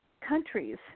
countries